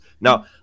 Now